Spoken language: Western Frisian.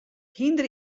hynder